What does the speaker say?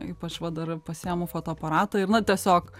ypač va dar pasiimu fotoaparatą ir na tiesiog